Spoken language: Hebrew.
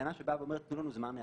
לטענה שאומרת תנו לנו זמן היערכות.